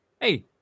hey